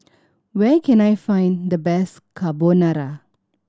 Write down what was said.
where can I find the best Carbonara